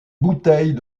bouteilles